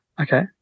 Okay